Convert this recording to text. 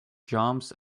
jumps